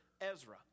Ezra